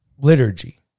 liturgy